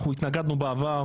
אנחנו התנגדנו בעבר.